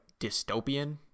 dystopian